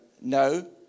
No